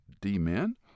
D-men